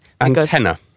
Antenna